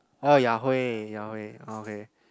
oh Ya-Hui Ya-Hui oh okay